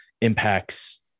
Impact's